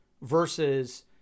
versus